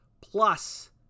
plus